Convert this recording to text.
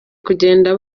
kugenda